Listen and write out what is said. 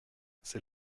c’est